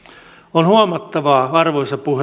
on huomattavaa arvoisa